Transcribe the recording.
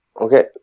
Okay